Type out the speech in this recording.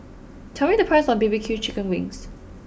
tell me the price of B B Q Chicken Wings